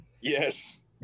Yes